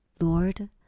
Lord